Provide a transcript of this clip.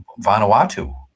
Vanuatu